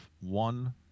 one